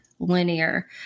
linear